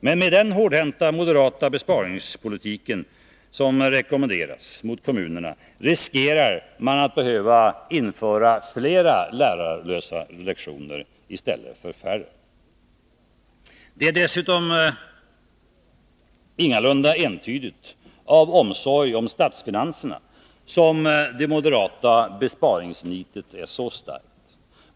Men med den hårdhänta moderata besparingspolitik som rekommenderas mot kommunerna riskerar man att behöva införa flera lärarlösa lektioner i stället för färre. Det är dessutom ingalunda entydigt av omsorg om statsfinanserna som det Nr 50 moderata besparingsnitet är så starkt.